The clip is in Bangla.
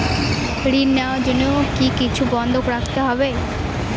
ঋণ নেওয়ার জন্য কি কিছু বন্ধক রাখতে হবে?